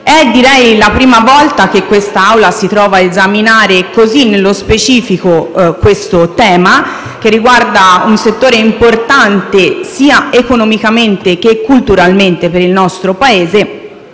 che è la prima volta che quest'Assemblea si trova a esaminare nello specifico un tema che riguarda un settore importante sia economicamente che culturalmente per il nostro Paese